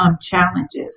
challenges